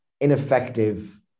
ineffective